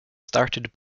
started